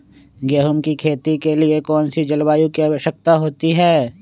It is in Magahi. गेंहू की खेती के लिए कौन सी जलवायु की आवश्यकता होती है?